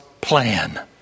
plan